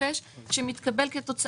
אדוני היושב-ראש, אנחנו יושבים כאן